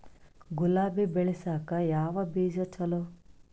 ಗುಲಾಬಿ ಬೆಳಸಕ್ಕ ಯಾವದ ಬೀಜಾ ಚಲೋ?